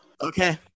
Okay